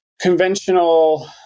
conventional